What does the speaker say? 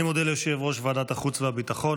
אני מודה ליושב-ראש ועדת החוץ והביטחון.